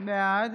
בעד